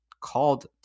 called